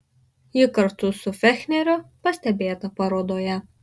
ji kartu su fechneriu pastebėta parodoje